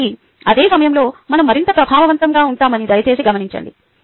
కాబట్టి అదే సమయంలో మనం మరింత ప్రభావవంతంగా ఉంటామని దయచేసి గమనించండి